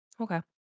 Okay